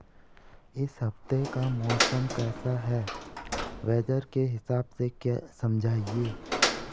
इस हफ्ते का मौसम कैसा है वेदर के हिसाब से समझाइए?